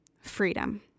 Freedom